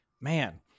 man